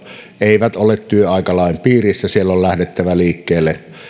eivät ole työaikalain piirissä siellä on lähdettävä liikkeelle